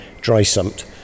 dry-sumped